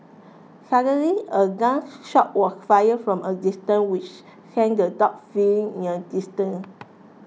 suddenly a gun shot was fired from a distance which sent the dogs fleeing in an instant